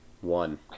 One